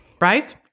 right